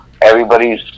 Everybody's